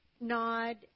Nod